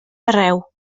arreu